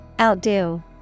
Outdo